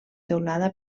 teulada